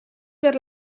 per